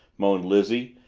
moaned lizzie,